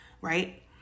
right